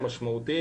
הם משמעותיים,